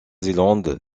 zélande